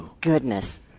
goodness